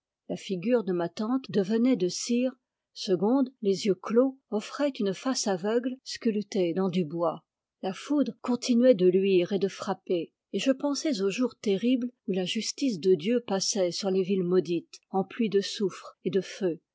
la figure de ma tante devenait de cire segonde les yeux clos offrait une face aveugle sculptée dans du bois la foudre continuait de luire et de frapper et je pensais aux jours terribles où la justice de dieu passait sur les villes maudites en pluie de soufre et de feu